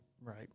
Right